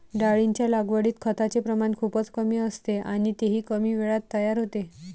डाळींच्या लागवडीत खताचे प्रमाण खूपच कमी असते आणि तेही कमी वेळात तयार होते